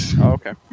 okay